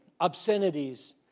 obscenities